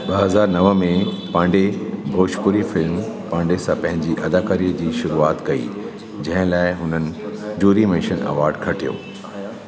ॿ हज़ार नव में पांडे भोजपुरी फिल्म पांडे सां पंहिंजी अदाकारी जी शुरूआति कई जंहिं लाइ हुननि जूरी मेन्शन अवॉर्ड खटियो